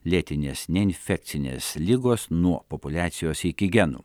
lėtinės neinfekcinės ligos nuo populiacijos iki genų